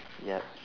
ya